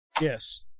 Yes